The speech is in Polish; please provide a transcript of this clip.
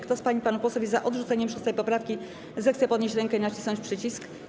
Kto z pań i panów posłów jest za odrzuceniem 6. poprawki, zechce podnieść rękę i nacisnąć przycisk.